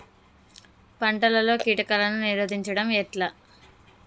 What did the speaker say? పంటలలో కీటకాలను నిరోధించడం ఎట్లా?